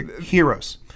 Heroes